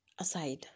aside